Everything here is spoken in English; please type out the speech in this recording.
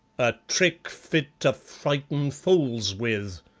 a trick fit to frighten fools with,